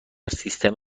سیستم